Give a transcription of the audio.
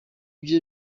byo